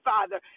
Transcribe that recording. Father